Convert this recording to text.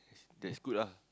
that's good ah